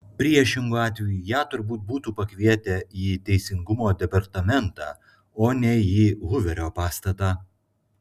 priešingu atveju ją turbūt būtų pakvietę į teisingumo departamentą o ne į huverio pastatą